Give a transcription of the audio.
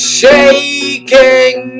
shaking